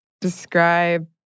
describe